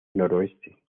noroeste